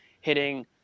hitting